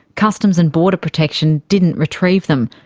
customs and border protection didn't retrieve them,